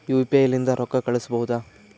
UPI ಲಿಂದ ರೊಕ್ಕ ಕಳಿಸಬಹುದಾ?